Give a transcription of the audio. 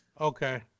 Okay